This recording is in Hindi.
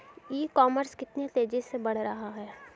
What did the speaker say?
ई कॉमर्स कितनी तेजी से बढ़ रहा है?